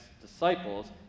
disciples